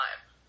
time